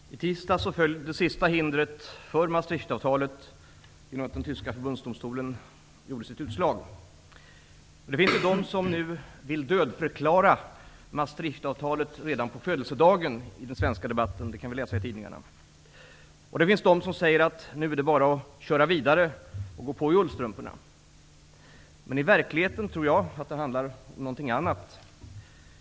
Herr talman! I tisdags föll det sista hindret för Författningsdomstolens utslag. Det finns de som nu vill dödförklara Maastrichtavtalet redan på födelsedagen i den svenska debatten. Det kan vi läsa om i tidningarna. Men det finns också de som säger att de nu bara är att köra vidare och att gå på i ullstrumporna. I verkligheten handlar det dock, tror jag, om någonting annat.